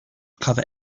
cover